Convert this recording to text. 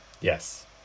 Yes